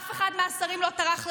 אף אחד מהשרים לא טרח לבוא,